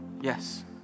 Yes